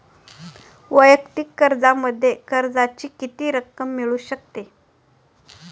वैयक्तिक कर्जामध्ये कर्जाची किती रक्कम मिळू शकते?